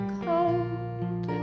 cold